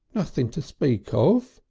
nothing to speak of,